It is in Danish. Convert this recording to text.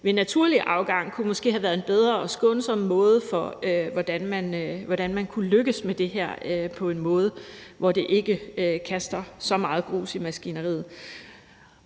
ved naturlig afgang kunne måske have været en bedre og mere skånsom måde at lykkes med det her på, som ikke kaster så meget grus i maskineriet.